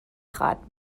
خواد